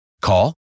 Call